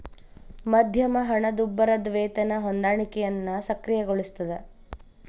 ಮಧ್ಯಮ ಹಣದುಬ್ಬರದ್ ವೇತನ ಹೊಂದಾಣಿಕೆಯನ್ನ ಸಕ್ರಿಯಗೊಳಿಸ್ತದ